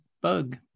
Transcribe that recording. bug